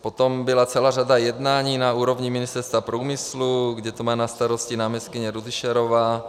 Potom byla celá řada jednání na úrovni Ministerstva průmyslu, kde to má na starosti náměstkyně Rudyšarová.